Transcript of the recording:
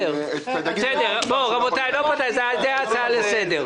רבותי, הצעה לסדר.